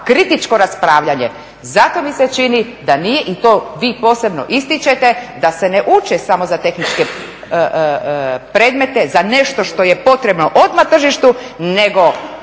kritičko raspravljanje, zato mi se čini da nije, i vi to posebno ističete, da se ne uče samo za tehničke predmete, za nešto što je potrebno odmah tržištu, nego